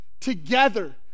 together